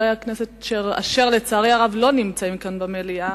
חברי הכנסת אשר לצערי הרב לא נמצאים כאן במליאה,